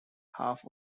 half